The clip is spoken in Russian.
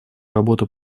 работу